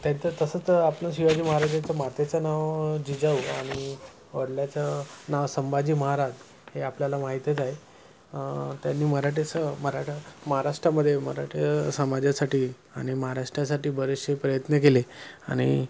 त्याचं तसंच आपलं शिवाजी महाराजाचं मातेचं नाव जिजाऊ आणि वडिलांचं नाव संभाजी महाराज हे आपल्याला माहितीच आहे त्यांनी मराठीसं मराठ महाराष्ट्रामध्ये मराठी समाजासाठी आणि महाराष्ट्रासाठी बरेचसे प्रयत्न केले आणि